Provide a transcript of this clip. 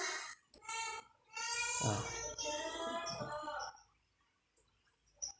uh